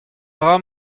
dra